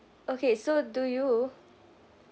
okay so do you